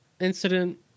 incident